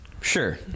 Sure